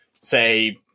say